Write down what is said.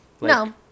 no